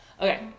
Okay